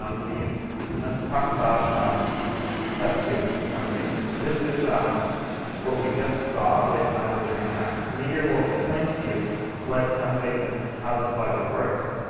um let's talk about step two, templates. this is um what we just saw with um the different tasks. meteor will explain to you what templates and how this logic works.